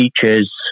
teachers